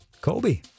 Kobe